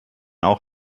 auch